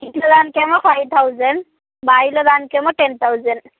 ఇంట్లో దానికి ఏమో ఫైవ్ థౌజండ్ బయట దానికి ఏమో టెన్ థౌజండ్